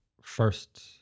first